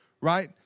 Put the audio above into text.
right